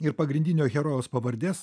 ir pagrindinio herojaus pavardės